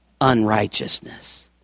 unrighteousness